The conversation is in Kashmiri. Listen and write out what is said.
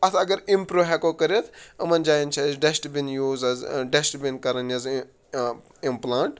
اَتھ اگر اِمپرٛوٗ ہیکو کٔرِتھ یِمَن جایَن چھِ أسۍ ڈٮ۪سٹٕبِن یوٗز حظ ڈٮ۪سٹٕبِن کَرَن حظ اِمپٕلانٛٹ